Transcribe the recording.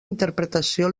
interpretació